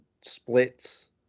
splits